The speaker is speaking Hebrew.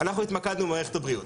אנחנו התמקדנו במערכת הבריאות.